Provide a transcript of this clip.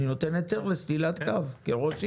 אני נותן היתר לסלילת קו כראש עיר.